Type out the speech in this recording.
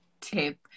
tip